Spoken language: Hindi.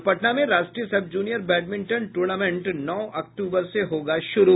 और पटना में राष्ट्रीय सब जूनियर बैडमिंटन टूर्नामेंट नौ अक्टूबर से होगा शुरू